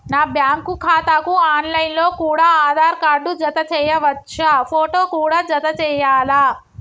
నా బ్యాంకు ఖాతాకు online లో కూడా ఆధార్ కార్డు జత చేయవచ్చా ఫోటో కూడా జత చేయాలా?